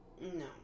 No